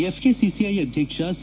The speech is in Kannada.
ಎಫ್ ಕೆಸಿಸಿಐ ಅಧ್ಯಕ್ಷ ಸಿ